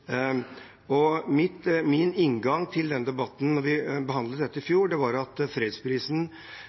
Min inngang til debatten da vi behandlet dette i fjor, var at legitimiteten til fredsprisen